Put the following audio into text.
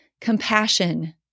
compassion